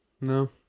No